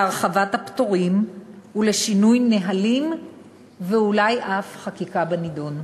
להרחבת הפטורים ולשינוי נהלים ואולי אף להביא חקיקה בנדון.